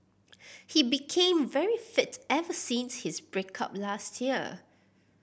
he became very fit ever since his break up last year